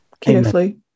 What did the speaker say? carefully